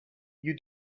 you